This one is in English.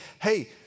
hey